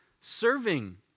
serving